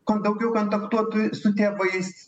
kuo daugiau kontaktuotų su tėvais